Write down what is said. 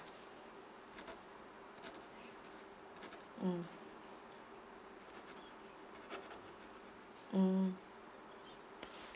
mm mm